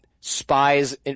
spies